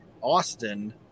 Austin